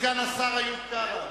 אדוני סגן השר איוב קרא,